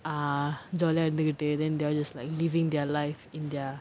uh jolly ah இருந்துகிட்டு:irunthukittu then they're just like living their life in their